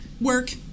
Work